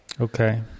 Okay